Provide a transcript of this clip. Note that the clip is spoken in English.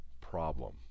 problem